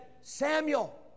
Samuel